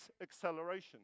acceleration